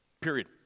Period